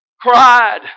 Cried